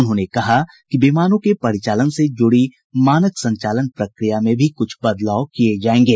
उन्होंने कहा कि विमानों के परिचालन से जुड़ी मानक संचालन प्रक्रिया में भी कुछ बदलाव किए जाएंगे